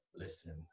Listen